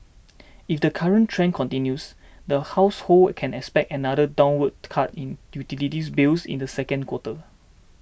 if the current trend continues the households can expect another downward to cut in utilities bills in the second quarter